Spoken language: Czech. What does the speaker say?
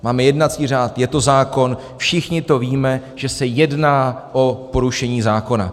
Máme jednací řád, je to zákon, všichni to víme, že se jedná o porušení zákona.